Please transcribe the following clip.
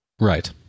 Right